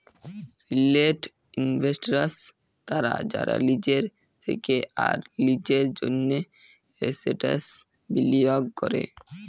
retail investors তারা যারা লিজের থেক্যে আর লিজের জন্হে এসেটস বিলিয়গ ক্যরে